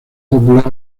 popular